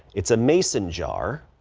it's a mason jar.